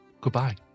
Goodbye